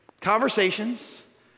conversations